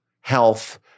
health